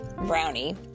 Brownie